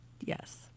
yes